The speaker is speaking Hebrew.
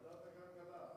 ועדת הכלכלה.